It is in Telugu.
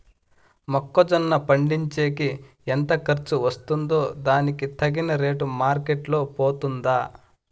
మొక్క జొన్న పండించేకి ఎంత ఖర్చు వస్తుందో దానికి తగిన రేటు మార్కెట్ లో పోతుందా?